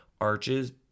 arches